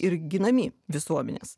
ir ginami visuomenės